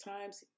times